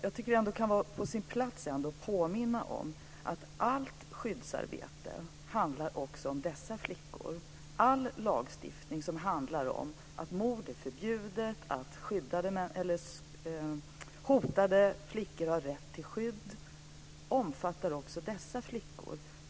Jag tycker att det kan vara på sin plats att påminna om att allt skyddsarbete också handlar om dessa flickor. All lagstiftning som handlar om att mord är förbjudet och att hotade flickor har rätt till skydd omfattar också dessa flickor.